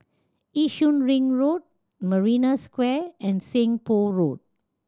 Yishun Ring Road Marina Square and Seng Poh Road